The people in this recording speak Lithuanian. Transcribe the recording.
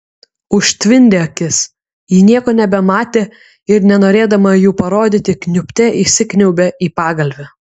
užtvindė akis ji nieko nebematė ir nenorėdama jų parodyti kniubte įsikniaubė į pagalvę